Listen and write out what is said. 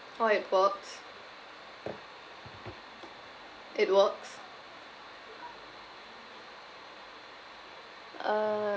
oh it works it works um